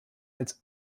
als